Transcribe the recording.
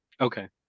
Okay